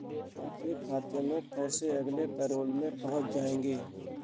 आपके खाते में पैसे अगले पैरोल में पहुँच जाएंगे